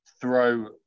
throw